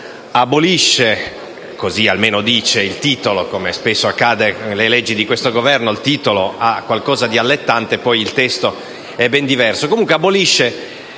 abolisce, così almeno dice il titolo (ma come spesso accade per le leggi di questo Governo, il titolo contiene qualcosa di allettante, poi il testo è ben diverso)